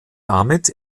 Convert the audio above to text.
damit